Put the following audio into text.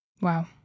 Wow